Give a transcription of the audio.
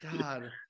God